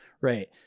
right